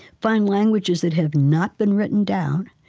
find languages that have not been written down,